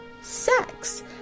sex